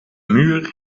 muur